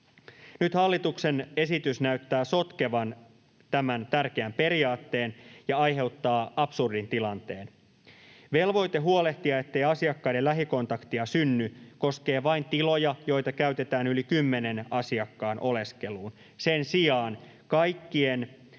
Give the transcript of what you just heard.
Nyt hallituksen esitys näyttää sotkevan tämän tärkeän periaatteen ja aiheuttaa absurdin tilanteen. Velvoite huolehtia, ettei asiakkaiden lähikontaktia synny, koskee vain tiloja, joita käytetään yli kymmenen asiakkaan oleskeluun. Sen sijaan kaikkein